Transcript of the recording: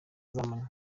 z’amanywa